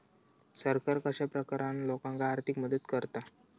सरकार कश्या प्रकारान लोकांक आर्थिक मदत करता?